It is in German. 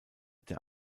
der